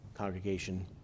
congregation